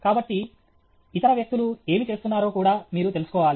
కాబట్టి ఇతర వ్యక్తులు ఏమి చేస్తున్నారో కూడా మీరు తెలుసుకోవాలి